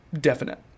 definite